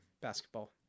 basketball